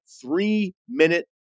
three-minute